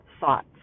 thoughts